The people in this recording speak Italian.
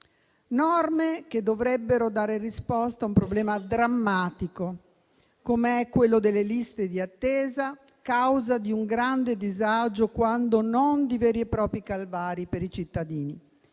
norme che dovrebbero dare risposta a un problema drammatico come quello delle liste d'attesa, causa di un grande disagio quando non di veri e propri calvari per i cittadini: